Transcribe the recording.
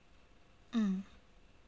mm